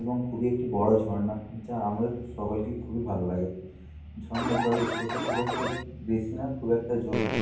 এবং খুবই একটি বড়ো ঝর্না যা আমাদের সকলকেই খুবই ভালো লাগে ঝর্নার জলের স্রোতও খুব একটা বেশি না খুব একটা জোরও না